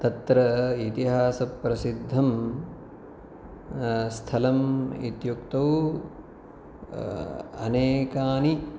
तत्र इतिहासप्रसिद्धं स्थलम् इत्युक्तौ अनेकानि